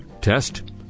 test